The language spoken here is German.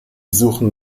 suchen